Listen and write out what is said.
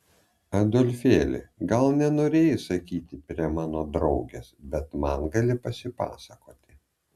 adolfėli gal nenorėjai sakyti prie mano draugės bet man gali pasipasakoti